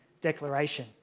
declaration